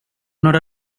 några